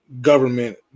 government